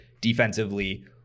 defensively